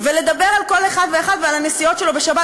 ולדבר על כל אחד ואחד ועל הנסיעות שלו בשבת.